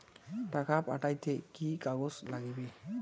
টাকা পাঠাইতে কি কাগজ নাগীবে?